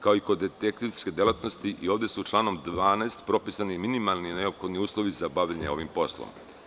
Kao i kod detektivske delatnosti, i ovde se članom 12. propisuju minimalni neophodni uslovi za bavljenje ovim poslom.